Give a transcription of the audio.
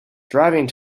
driving